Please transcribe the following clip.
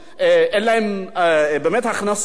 אין להם באמת הכנסות,